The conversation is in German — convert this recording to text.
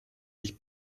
sich